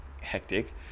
hectic